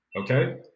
okay